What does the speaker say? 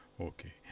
Okay